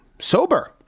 sober